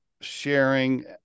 sharing